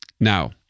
Now